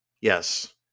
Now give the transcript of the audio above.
Yes